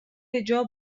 بجا